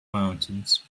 mountains